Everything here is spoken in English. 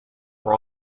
were